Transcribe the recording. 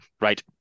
Right